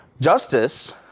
Justice